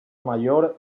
mayor